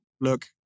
look